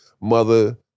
mother